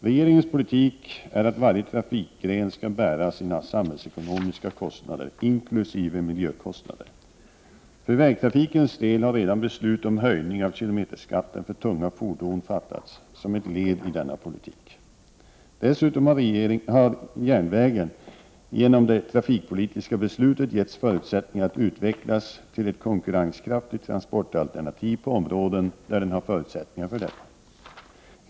Regeringens politik är att varje trafikgren skall bära sina samhällsekonomiska kostnader, inkl. miljökostnader. För vägtrafikens del har redan beslut om höjning av kilometerskatten för tunga fordon fattats som ett led i denna politik. Dessutom har järnvägen genom det trafikpolitiska beslutet getts förutsättningar att utvecklas till ett konkurrenskraftigt transportalternativ på områden där den har förutsättningar för detta.